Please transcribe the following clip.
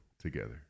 together